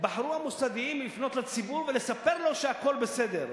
בחרו המוסדיים לפנות לציבור ולספר לו שהכול בסדר,